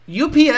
UPS